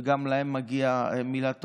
וגם להם מגיעה מילה טובה,